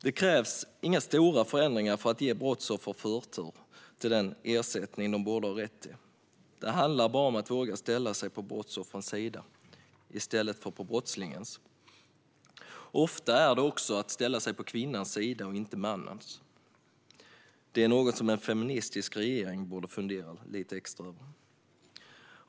Det krävs inga stora förändringar för att ge brottsoffer förtur till den ersättning de borde ha rätt till; det handlar bara om att våga ställa sig på brottsoffrens sida i stället för på brottslingarnas. Ofta handlar det också om att ställa sig på kvinnans sida och inte mannens, vilket är något som en feministisk regering borde fundera lite över.